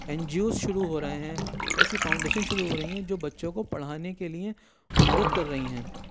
N G Os شروع ہو رہے ہیں ایسی فاؤنڈیشن شروع ہو رہی ہیں جو بچوں کو پڑھانے کے لیے مدد کر رہی ہیں